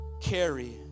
carry